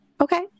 Okay